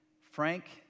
Frank